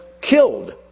killed